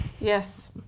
Yes